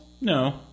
No